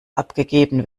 abgegeben